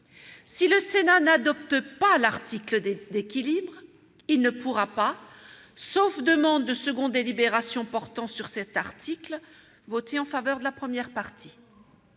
Si le Sénat n'adopte pas l'article d'équilibre, il ne pourra pas, sauf demande de seconde délibération portant sur cet article, voter en faveur de la première partie.